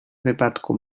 wypadku